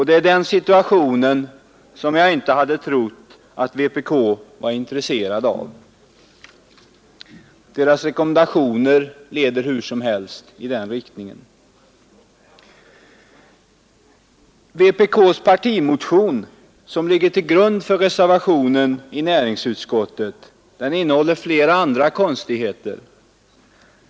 Det är den situationen som jag inte hade trott att vpk var intresserat av. Dess rekommendationer leder hur som helst i den riktningen. Vpk:s partimotion som ligger till grund för reservationen i näringsutskottet innehåller flera andra konstigheter.